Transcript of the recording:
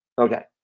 Okay